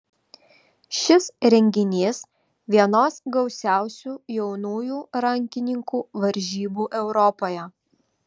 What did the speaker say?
šis renginys vienos gausiausių jaunųjų rankininkų varžybų europoje